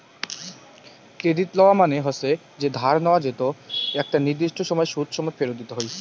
credit লওয়া মানে হসে যে ধার নেয়া যেতো একটা নির্দিষ্ট সময় সুদ সমেত ফেরত দিতে হই